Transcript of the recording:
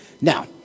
Now